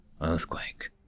earthquake